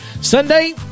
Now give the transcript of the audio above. Sunday